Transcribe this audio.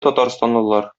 татарстанлылар